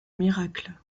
miracle